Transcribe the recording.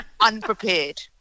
unprepared